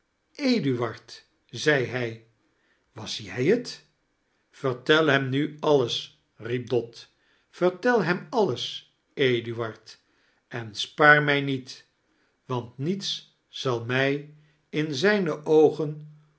eduard zei hij wjas jij tv vertel hem nu alles riep dot vertel hem alles eduard en spaar imij niet want niets zal mij in zijne oogen